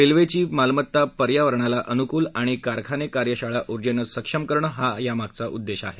रेल्वेची मालमत्ता पर्यावरणाला अनुकूल आणि कारखाने कार्यशाळा ऊर्जेनं सक्षम करणं हा उद्देश आहे